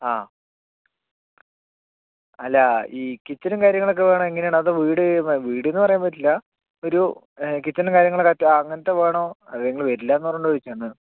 ആ അല്ല ഈ കിച്ചണും കാര്യങ്ങളൊക്കെ വേണോ എങ്ങനെയാണ് അതോ വീട് വീടെന്നു പറയാൻ പറ്റില്ല ഒരു കിച്ചണും കാര്യങ്ങളൊക്കെ ആ അങ്ങനത്തെ വേണോ അത് നിങ്ങൾ വരില്ലയെന്നു പറഞ്ഞതുകൊണ്ട് ചോദിച്ചതാണ് എന്താണ്